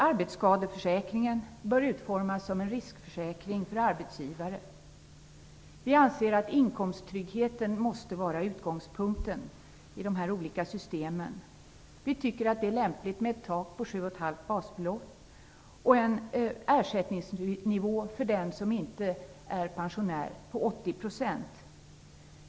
Arbetsskadeförsäkringen bör utformas som en riskförsäkring för arbetsgivare. Vi anser att inkomsttryggheten måste vara utgångspunkten i de olika systemen. Vi tycker att det är lämpligt med ett tak på 7,5 basbelopp och en ersättningsnivå för den som inte är pensionär på 80 %.